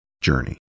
journey